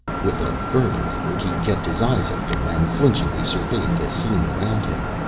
with a further effort he kept his eyes open and flinchingly surveyed the scene around him.